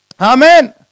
Amen